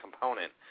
component